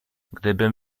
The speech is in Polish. gdybym